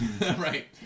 Right